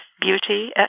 beauty